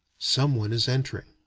some one is entering.